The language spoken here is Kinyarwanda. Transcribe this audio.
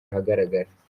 ahagaragara